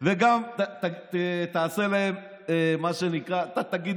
וגם תעשה להם, מה שנקרא, אתה תגיד